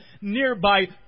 nearby